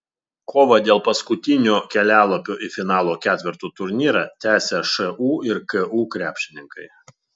kovą dėl paskutinio kelialapio į finalo ketverto turnyrą tęsia šu ir ku krepšininkai